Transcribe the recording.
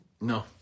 no